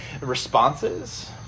responses